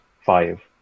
five